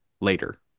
later